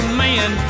man